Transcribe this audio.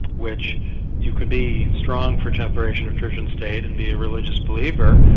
which you can be strong for separation of church and state and be a religious believer,